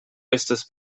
estas